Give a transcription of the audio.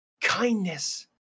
kindness